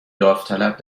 داوطلب